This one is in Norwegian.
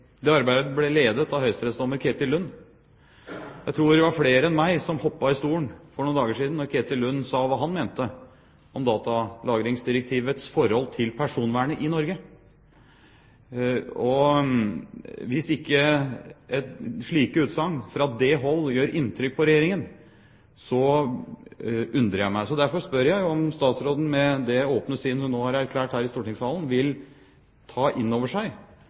Det arbeidet ble ledet av høyesterettsdommer Ketil Lund. Jeg tror det var flere enn meg som hoppet i stolen for noen dager siden da Ketil Lund sa hva han mente om datalagringsdirektivets forhold til personvernet i Norge. Hvis ikke slike utsagn fra det hold gjør inntrykk på Regjeringen, undrer jeg meg. Derfor spør jeg om statsråden, med det åpne sinn hun nå har erklært her i stortingssalen, vil ta inn over seg